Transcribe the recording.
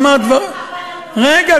אבל, אדוני, רגע.